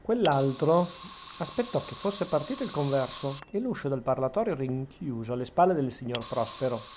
quell'altro aspettò che fosse partito il converso e l'uscio del parlatorio richiuso alle spalle del signor prospero